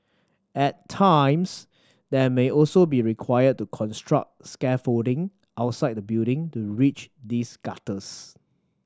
at times they may also be required to construct scaffolding outside the building to reach these gutters